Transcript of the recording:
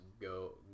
go